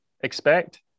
expect –